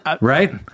right